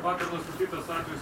vakar nustatytas atvejis